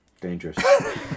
Dangerous